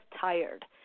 tired